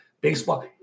Baseball